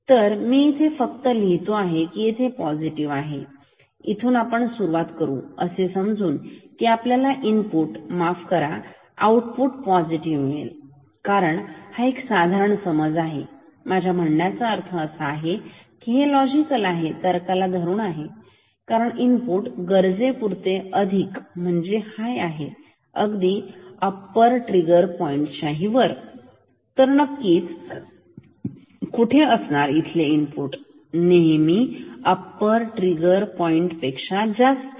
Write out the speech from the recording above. तर मी इथे फक्त लिहितो हा येथे पॉझिटिव आहे इथून आपण सुरुवात करू असे समजून की आपल्याला इनपुट माफ करा आऊटपुट पॉझिटिव आहे कारण हा असा एक साधारण समज आहे माझा म्हणायचा अर्थ असा की हे लॉजिकल आहे तर्काला धरून आहे कारण इनपुट गरजेपुरते अधिक म्हणजे हाय आहे अगदी अप्पर ट्रिगर पॉईंटच्या वर तर नक्कीच कुठे असणार कारण इथले इनपुट नेहमी अप्पर ट्रिगर पॉईंट पेक्षा जास्त आहे